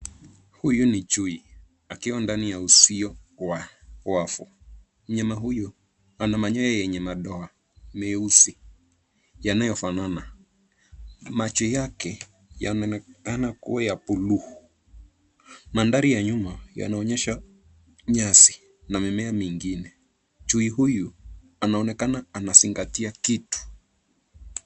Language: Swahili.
Huyu ni chui akiwa ndani ya uzio wa wavu. Mnyama huyu ana manyoya yenye madoa nyeusi yanayofanana. Macho yake yameonekana kuwa ya buluu. Mandhari ya nyuma yanaonyesha nyasi na mimea mingine. Chui huyu anaonekana anazingatia kitu.